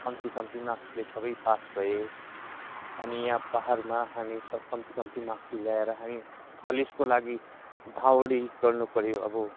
कम्ति कम्ति मार्क्सले सबै पास भए अनि पहाड़मा हामी सब कम्ति कम्ति मार्क्स लिएर हामी कलेजको लागि धौड़ी गर्नु पऱ्यो अब